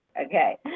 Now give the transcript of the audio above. Okay